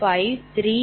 48324